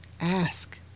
Ask